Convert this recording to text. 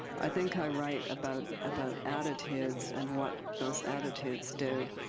i think i write about about attitudes, and what those attitudes do